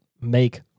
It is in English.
make